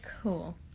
cool